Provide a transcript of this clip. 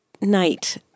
night